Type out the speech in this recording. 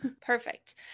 perfect